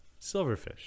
silverfish